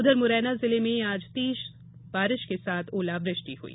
उधर मुरैना जिले में आज तेज बारिश के साथ ओलावृष्टि हुई